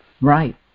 Right